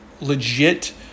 legit